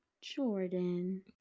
Jordan